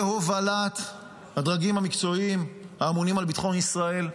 בהובלת הדרגים המקצועיים האמונים על ביטחון ישראל,